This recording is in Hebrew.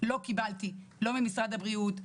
לא קיבלתי לא ממשרד הבריאות,